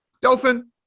Dolphin